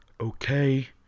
Okay